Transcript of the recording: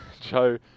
Joe